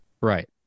right